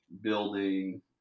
building